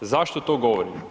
Zašto to govorim?